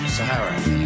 Sahara